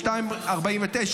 14:49,